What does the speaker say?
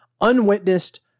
unwitnessed